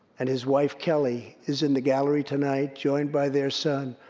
and his wife, kelli, is in the gallery tonight, joined by their son,